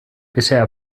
bisher